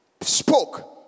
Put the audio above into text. spoke